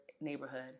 neighborhood